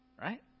right